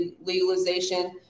legalization